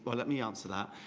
but let me answer that.